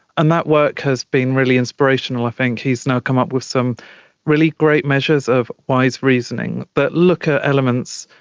and that work has been really inspirational i think, he's now come up with some really great measures of wise reasoning that look at elements,